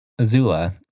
Azula